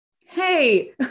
Hey